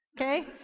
Okay